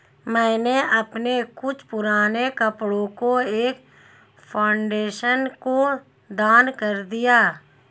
मैंने अपने कुछ पुराने कपड़ो को एक फाउंडेशन को दान कर दिया